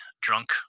drunk